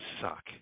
suck